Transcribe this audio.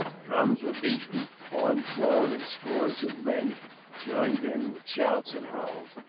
drums were beaten, horns blown, and scores of men joined in, with shouts and howls.